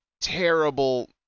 terrible